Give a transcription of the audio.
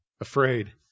Afraid